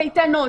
קייטנות,